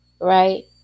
right